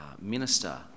minister